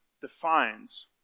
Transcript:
defines